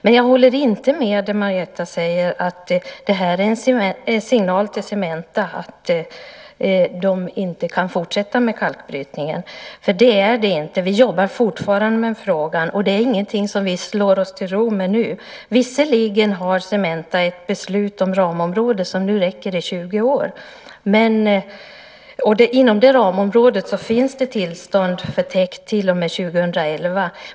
Men jag håller inte med om det Marietta säger om att det här är en signal till Cementa om att de inte kan fortsätta med kalkbrytningen. Det är det inte. Vi jobbar fortfarande med frågan. Det är ingenting som vi slår oss till ro med nu. Visserligen har Cementa ett beslut om ramområde som räcker i 20 år. Och inom det ramområdet finns det tillstånd för täkt till och med 2011.